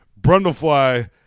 Brundlefly